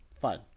Fine